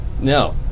No